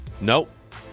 Nope